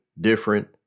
different